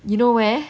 you know where